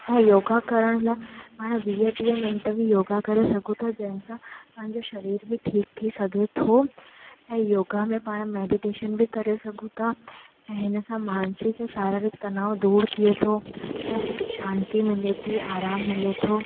ऐं योगा करण लाइ पाण वीह टीह मिंट बि योगा करे सघूं था जंहिं सां पंहिंजो शरीरु बि ठीकु थी सघे थो ऐं योगा में पाण मैडिटेशन बि करे सघूं था ऐं हिन सां मानसिक ऐं शारीरिक तनाव दूरु थिए थो ऐं शांति मिले थी आराम मिले थो